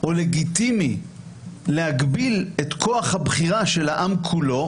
או לגיטימי להגביל את כוח הבחירה של העם כולו